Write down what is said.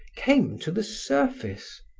came to the surface.